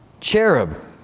cherub